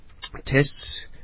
tests